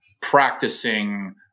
practicing